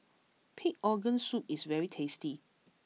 Pig Organ soup is very tasty